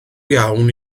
iawn